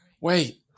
Wait